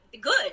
good